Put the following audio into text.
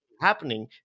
happening